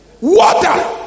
water